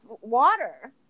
water